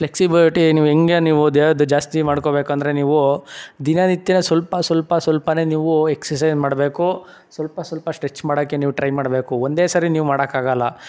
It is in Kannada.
ಫ್ಲೆಕ್ಸಿಬಇಟಿ ನೀವು ಹೇಗೆ ನೀವು ದೇಹದ ಜಾಸ್ತಿ ಮಾಡ್ಕೋಬೇಕಂದರೆ ನೀವು ದಿನನಿತ್ಯ ಸ್ವಲ್ಪ ಸ್ವಲ್ಪ ಸ್ವಲ್ಪನೇ ನೀವು ಎಕ್ಸಸೈಸ್ ಮಾಡಬೇಕು ಸ್ವಲ್ಪ ಸ್ವಲ್ಪ ಸ್ಟ್ರೆಚ್ ಮಾಡೋಕ್ಕೆ ನೀವು ಟ್ರೈ ಮಾಡಬೇಕು ಒಂದೇ ಸಾರಿ ನೀವು ಮಾಡಕ್ಕೆ ಆಗೋಲ್ಲ